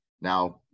Now